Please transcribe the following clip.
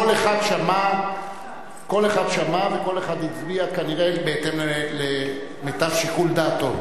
כל אחד שמע וכל אחד הצביע כנראה בהתאם למיטב שיקול דעתו.